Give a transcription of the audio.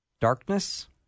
Darkness